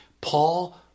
Paul